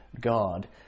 God